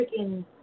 freaking